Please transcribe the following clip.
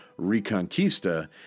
Reconquista